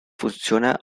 funciona